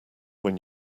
when